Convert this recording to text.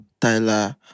Tyler